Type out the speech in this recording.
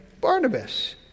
Barnabas